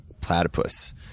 Platypus